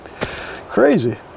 crazy